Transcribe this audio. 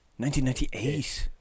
1998